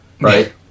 right